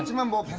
and member